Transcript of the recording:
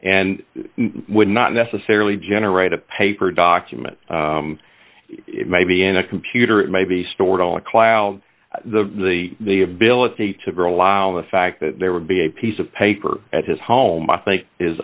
and would not necessarily generate a paper documents it may be in a computer it may be stored on a cloud the the the ability to rely on the fact that there would be a piece of paper at his home i think is